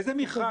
איזה מכרז?